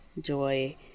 joy